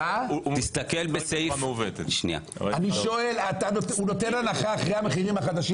תסתכל בסעיף 4. אני שואל: הוא נותן הנחה אחרי המחירים החדשים?